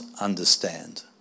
understand